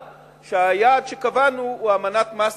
והיעד שקבענו הוא אמנת מסטריכט,